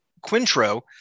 Quintro